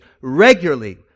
regularly